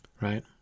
Right